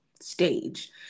stage